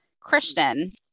Christian